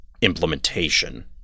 implementation